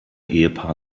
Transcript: ehepaar